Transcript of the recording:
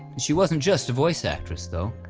she wasn't just a voice actress though.